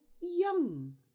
young